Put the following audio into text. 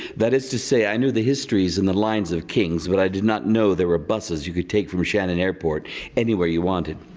that its to say i knew the histories in the lines of kings. but i did not know there were buses you could take from shannon airport anywhere you wanted.